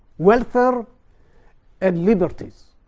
welfare and liberties.